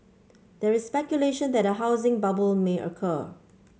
there is speculation that a housing bubble may occur